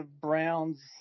Browns